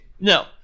No